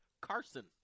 Carson